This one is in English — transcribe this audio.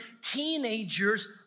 teenager's